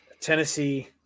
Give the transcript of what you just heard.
Tennessee